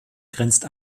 grenzt